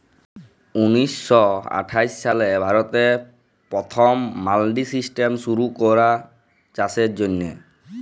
উনিশ শ আঠাশ সালে ভারতে পথম মাল্ডি সিস্টেম শুরু ক্যরা চাষের জ্যনহে